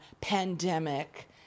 pandemic